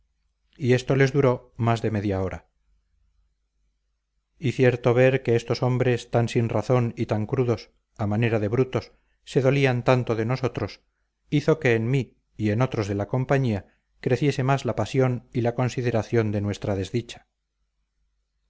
y esto les duró más de media hora y cierto ver que estos hombres tan sin razón y tan crudos a manera de brutos se dolían tanto de nosotros hizo que en mí y en otros de la compañía creciese más la pasión y la consideración de nuestra desdicha